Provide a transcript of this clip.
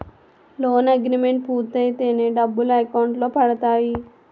loan agreement పూర్తయితేనే డబ్బులు account లో పడతాయి